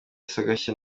sagashya